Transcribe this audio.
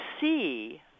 see